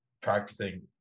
practicing